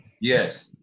Yes